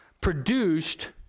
produced